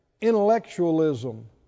intellectualism